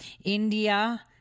India